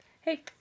Hey